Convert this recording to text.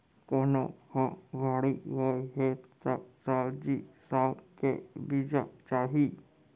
कोनो ह बाड़ी बोए हे त सब्जी साग के बीजा चाही